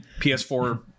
ps4